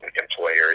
employers